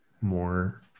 more